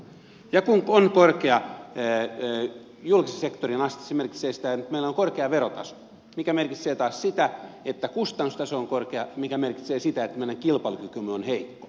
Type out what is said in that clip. ja kun on korkea julkisen sektorin aste se merkitsee sitä että meillä on korkea verotaso mikä merkitsee taas sitä että kustannustaso on korkea mikä merkitsee sitä että meidän kilpailukykymme on heikko